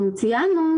אנחנו ציינו,